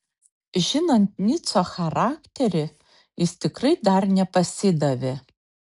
žinant nico charakterį jis tikrai dar nepasidavė